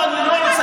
לא,